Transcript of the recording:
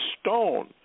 stone